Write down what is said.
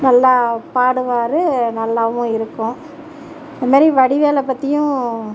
நல்லா பாடுவார் நல்லாவும் இருக்கும் அதுமாதிரி வடிவேலு பற்றியும்